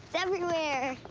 everywhere.